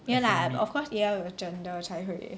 ya lah of course 也要有 agenda 才会